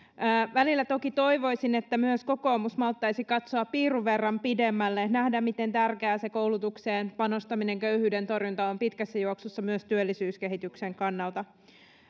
välillä toki toivoisin että myös kokoomus malttaisi katsoa piirun verran pidemmälle nähdä miten tärkeää se koulutukseen panostaminen köyhyyden torjunta on pitkässä juoksussa myös työllisyyskehityksen kannalta